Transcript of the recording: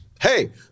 hey